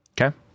Okay